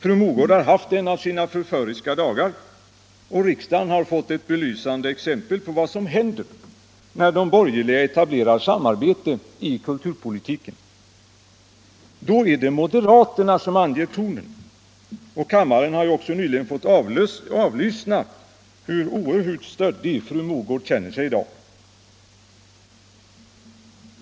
Fru Mogård har haft en av sina förföriska dagar, och riksdagen har fått ett belysande exempel på vad som händer när de borgerliga etablerar samarbete i kulturpolitiken. Då är det moderaterna som anger tonen. Kammaren har ju också nyss fått avlyssna hur oerhört stöddig fru Mogård känner sig i dag.